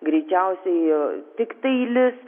greičiausiai tiktai lis